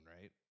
right